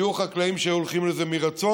היו חקלאים שהיו הולכים על זה מרצון,